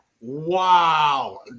Wow